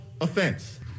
offense